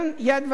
משום מה,